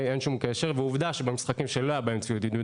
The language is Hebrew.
אין שום קשר ועובדה שבמשחקים שלא היה בהם ציוד עידוד,